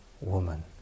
woman